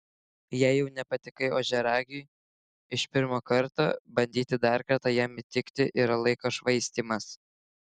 jei jau nepatikai ožiaragiui iš pirmo karto bandyti dar kartą jam įtikti yra laiko švaistymas